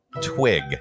twig